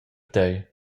tei